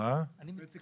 אני עובדת